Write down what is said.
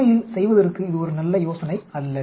உண்மையில் செய்வதற்கு இது ஒரு நல்ல யோசனை அல்ல